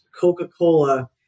Coca-Cola